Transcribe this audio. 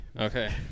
Okay